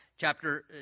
Chapter